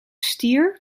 stier